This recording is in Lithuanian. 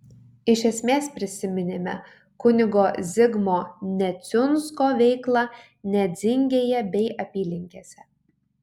iš esmės prisiminėme kunigo zigmo neciunsko veiklą nedzingėje bei apylinkėse